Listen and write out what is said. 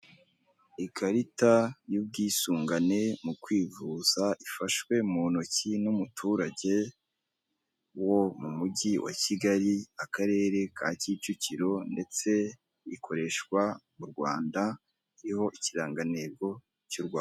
Ikarita y'ubwisungane mu kwivuza ifashwe mu ntoki n'umuturage wo mu mujyi wa Kigali akarere ka Kicukiro ndetse ikoreshwa mu Rwanda iriho ikirangantego cy'u Rwanda.